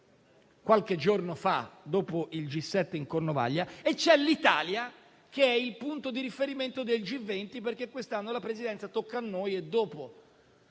qualche giorno fa, dopo il G7 in Cornovaglia - e l'Italia, che è il punto di riferimento del G20, perché quest'anno la Presidenza tocca al nostro